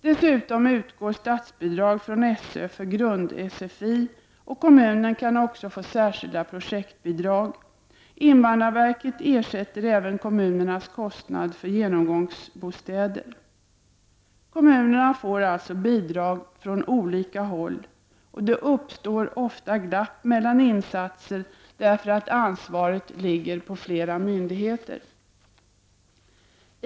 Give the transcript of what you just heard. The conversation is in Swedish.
Dessutom utgår statsbidrag från SÖ för grund-SFI. Kommunen kan också få särskilda projektbidrag. Invandrarverket ersätter även kommunernas kostnad för genomgångsbostäder. Kommunerna får alltså bidrag från olika håll, och det uppstår ofta glapp mellan insatser på grund av att ansvaret ligger på flera myndigheter.